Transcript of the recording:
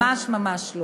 ממש ממש לא,